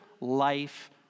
life